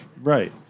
Right